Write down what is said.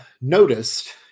noticed